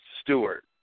Stewart